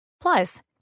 Plus